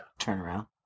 turnaround